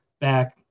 back